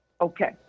Okay